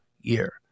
year